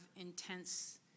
intense